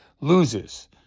loses